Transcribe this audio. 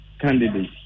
candidates